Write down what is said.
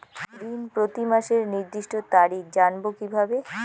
ঋণ প্রতিমাসের নির্দিষ্ট তারিখ জানবো কিভাবে?